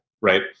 right